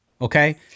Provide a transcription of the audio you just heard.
okay